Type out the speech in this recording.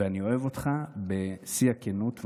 אני אוהב אותך בשיא הכנות.